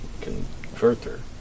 converter